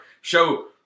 show